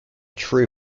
true